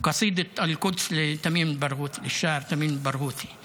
יש בה משפט אחד (אומר בערבית: )